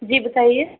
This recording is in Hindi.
जी बताइए